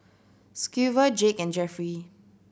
Schuyler Jake and Jeffrey